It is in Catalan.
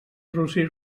rossí